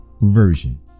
version